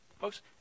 Folks